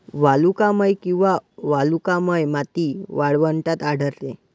वालुकामय किंवा वालुकामय माती वाळवंटात आढळते